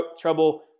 trouble